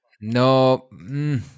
No